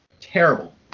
Terrible